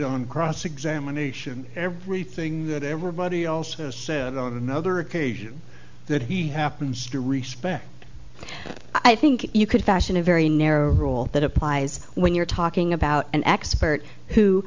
on cross examination everything that everybody else has said on another occasion that he happens to respect i think you could fashion a very narrow rule that applies when you're talking about an expert who